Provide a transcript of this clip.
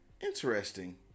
Interesting